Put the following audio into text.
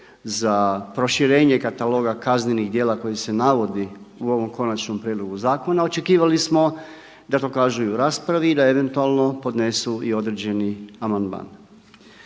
za proširenje Kataloga kaznenih djela koji se navodi u ovom konačnom prijedlogu zakona. Očekivali smo i u raspravi da eventualno podnesu i određeni amandman.